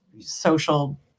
social